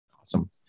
Awesome